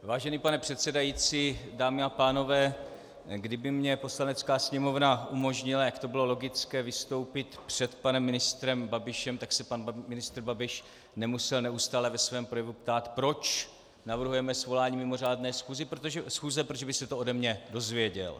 Vážený pane předsedající, dámy a pánové, kdyby mi Poslanecká sněmovna umožnila, jak to bylo logické, vystoupit před panem ministrem Babišem, tak se pan ministr Babiš nemusel neustále ve svém projevu ptát, proč navrhujeme svolání mimořádné schůze, protože by se to ode mě dozvěděl.